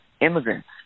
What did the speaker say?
immigrants